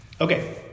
Okay